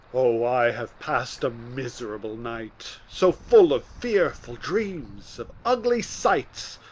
o, i have pass'd a miserable night, so full of fearful dreams, of ugly sights,